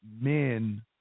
men